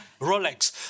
Rolex